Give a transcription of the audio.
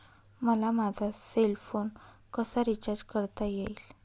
मला माझा cell phone कसा रिचार्ज करता येईल?